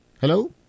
Hello